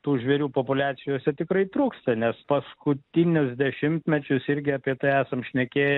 tų žvėrių populiacijose tikrai trūksta nes paskutinius dešimtmečius irgi apie tai esam šnekėję